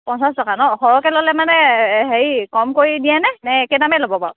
পঞ্চাছ টকা ন সৰহকৈ ল'লে মানে এই হেৰি কম কৰি দিয়েনে নে একে দামেই ল'ব বাৰু